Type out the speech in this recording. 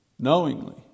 knowingly